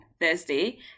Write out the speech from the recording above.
thursday